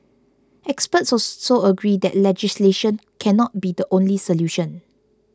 experts also agree that legislation cannot be the only solution